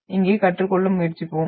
இங்கே கற்றுக்கொள்ள முயற்சிப்போம்